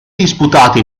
disputati